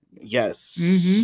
Yes